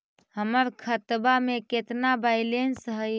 हमर खतबा में केतना बैलेंस हई?